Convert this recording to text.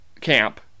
camp